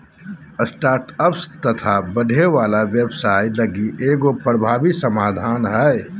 startups तथा बढ़े वाला व्यवसाय लगी एगो प्रभावी समाधान हइ